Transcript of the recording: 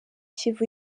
kivu